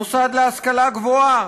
מוסד להשכלה גבוהה,